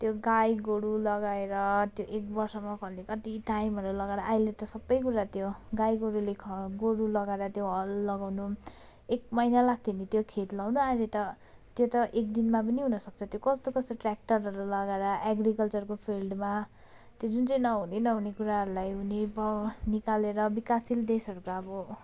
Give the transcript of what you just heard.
त्यो गाई गोरु लगाएर त्यो एक वर्षमा फल्ने कति टाइमहरू लगाएर अहिले त सबै कुरा त्यो गाई गोरुले ख गोरु लगाएर त्यो हल लगाउनु एक महिना लाग्थ्यो नि त्यो खेत लगाउँदा अहिले त त्यो एक दिनमा पनि हुन सक्छ त्यो कस्तो कस्तो ट्य्राक्टरहरू लगाएर एग्रिकल्चरको फिल्डमा त्यो जुन चैँ नहुने नहुने कुराहरूलाई हुने पो निकालेर विकासशील देशहरूको अब